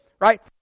right